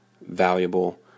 valuable